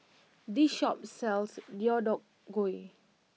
this shop sells Deodeok Gui